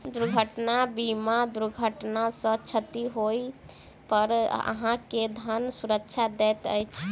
दुर्घटना बीमा दुर्घटना सॅ क्षति होइ पर अहाँ के धन सुरक्षा दैत अछि